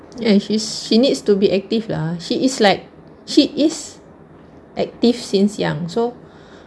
ya she's she needs to be active lah she is like she is active since young so